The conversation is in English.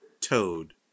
Toad